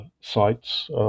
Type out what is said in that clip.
sites